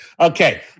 Okay